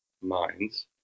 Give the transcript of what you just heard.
minds